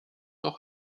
auch